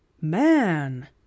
Man